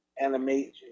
animation